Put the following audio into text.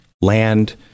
land